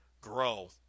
grow